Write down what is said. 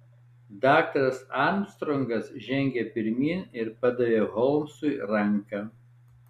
daktaras armstrongas žengė pirmyn ir padavė holmsui ranką